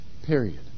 period